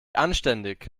anständig